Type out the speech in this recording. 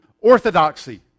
orthodoxy